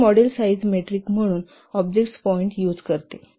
हे model size metric म्हणून object points आहे